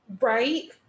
right